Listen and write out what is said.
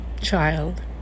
child